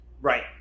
right